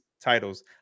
titles